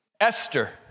Esther